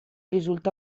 risulta